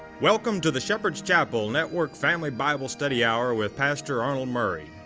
welcome to the shepherd's chapel network family bible study hour with pastor arnold murray.